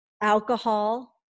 alcohol